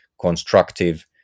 constructive